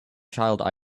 child